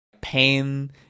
Pain